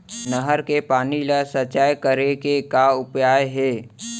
नहर के पानी ला संचय करे के का उपाय हे?